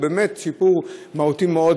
באמת שיפור מהותי מאוד,